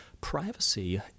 privacy